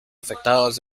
afectados